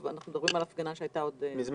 אנחנו מדברים על הפגנה שהייתה עוד לפני כן.